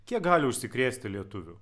kiek gali užsikrėsti lietuvių